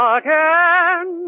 again